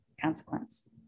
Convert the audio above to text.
consequence